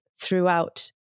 throughout